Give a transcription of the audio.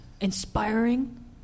inspiring